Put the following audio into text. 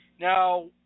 Now